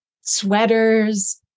sweaters